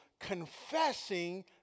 confessing